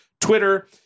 Twitter